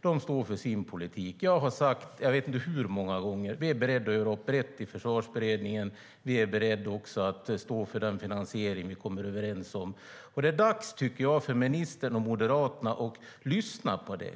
De står för sin politik. Jag har sagt jag vet inte hur många gånger att vi är beredda att göra upp brett i Försvarsberedningen. Vi är också beredda att stå för den finansiering vi kommer överens om. Det är dags, tycker jag, för ministern och Moderaterna att lyssna på det.